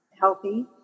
healthy